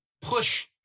push